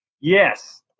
yes